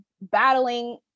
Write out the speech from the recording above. battling